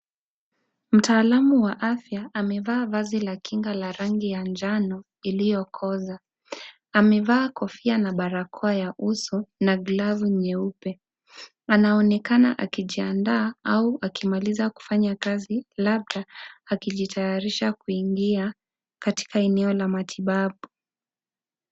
Mtaalamu wa afya amevaa vazi la kinga la rangi ya njano iliyokoza. Amevaa kofia na barakoa ya uso na glavu nyeupe. Anaonekana akijiandaa au akimaliza kufanya kazi, labda akitayarisha kuingia labda katika eneo la matibabu.